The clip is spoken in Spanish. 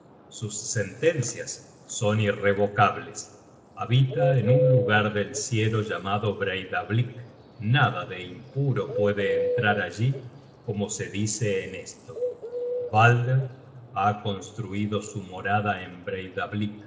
sus sentencias son irrevocables habita en un lugar del cielo llamado breidablick nada de impuro puede entrar allí como se dice en esto balder ha construido su morada en